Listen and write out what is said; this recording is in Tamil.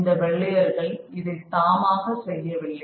இந்த வெள்ளையர்கள் இதை தாமாக செய்யவில்லை